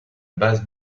base